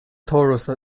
torus